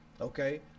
Okay